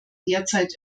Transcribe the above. derzeit